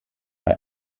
bei